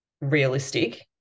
realistic